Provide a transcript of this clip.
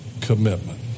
commitment